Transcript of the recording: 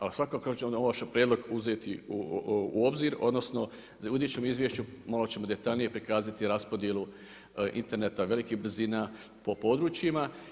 Ali svakako da ću ovaj vaš prijedlog uzeti u obzir, odnosno, u idućem izvješću malo ćemo detaljnije prikazati raspodjelu interneta, velikih brzina po područjima.